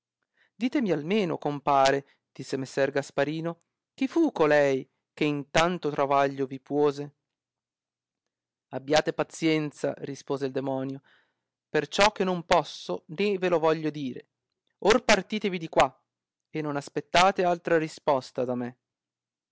ditemi almeno compare disse messer gasparino chi fu colui che in tanto travaglio vi puose abbiate pazienza rispose il demonio perciò che non posso né ve lo voglio dire or partitevi di qua e non aspettate altra risposta da me